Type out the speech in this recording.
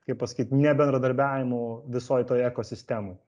kaip pasakyt nebendradarbiavimų visoj toj ekosistemoj